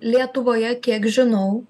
lietuvoje kiek žinau